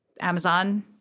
Amazon